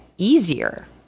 easier